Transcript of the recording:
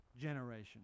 generation